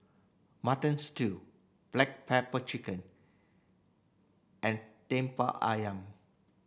Mutton Stew black pepper chicken and Lemper Ayam